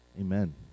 Amen